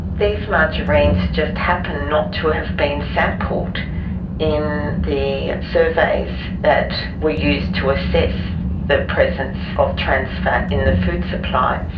these margarines just happen not to have been sampled in the surveys that we used to assess the presence of trans fat in the food supply.